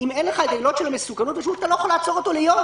אם אין לך את העילות של המסוכנות אתה לא יכול לעצור אותו ליום.